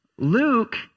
Luke